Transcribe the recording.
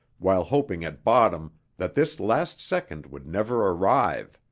while hoping at bottom that this last second would never arrive.